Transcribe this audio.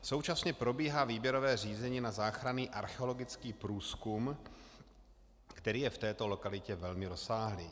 Současně probíhá výběrové řízení na záchranný archeologický průzkum, který je v této lokalitě velmi rozsáhlý.